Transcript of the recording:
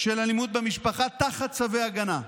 של אלימות במשפחה תחת צווי הגנה,